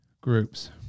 groups